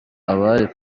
abari